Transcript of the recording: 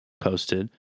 posted